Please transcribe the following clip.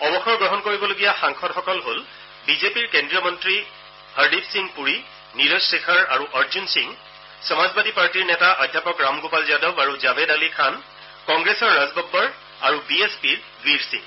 অৱসৰ গ্ৰহণ কৰিবলগীয়া সাংসদসকল হ'ল বিজেপিৰ কেন্দ্ৰীয় মন্ত্ৰী হৰ্দিপ সিং পুৰী নিৰজ শেখৰ আৰু অৰ্জুন সিং সমাজবাদী পাৰ্টিৰ নেতা অধ্যাপক ৰাম গোপাল যাদৱ আৰু জাভেদ আলী খান কংগ্ৰেছৰ ৰাজ বব্বৰ আৰু বি এছ পিৰ বীৰ সিং